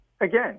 again